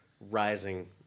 rising